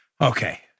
Okay